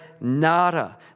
nada